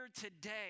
today